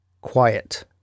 quiet